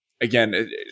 again